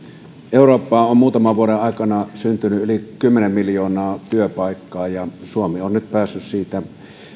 eurooppaan on muutaman vuoden aikana syntynyt yli kymmenen miljoonaa työpaikkaa ja suomi on nyt päässyt